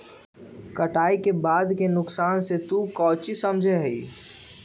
कटाई के बाद के नुकसान से तू काउची समझा ही?